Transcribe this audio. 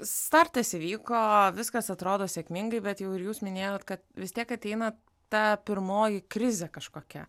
startas įvyko viskas atrodo sėkmingai bet jau ir jūs minėjot kad vis tiek ateina ta pirmoji krizė kažkokia